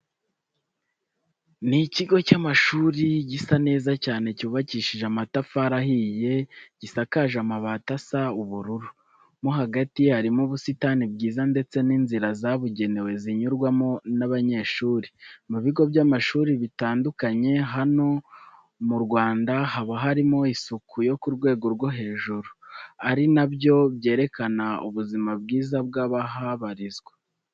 Ni ikigo cy'amashuri gisa neza cyane cyubakishije amatafari ahiye, gisakaje amabati asa ubururu. Mo hagati harimo ubusitani bwiza ndetse n'inzira zabugenewe zinyurwamo n'abanyeshuri. Mu bigo by'amashuri bitandulanye hano mu Rwanda haba harimo isuku yo ku rwego rwo hejuru, ari na byo byerekana ubuzima bwiza bw'abahabarizwa.